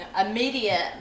Immediate